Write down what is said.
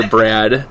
Brad